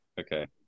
Okay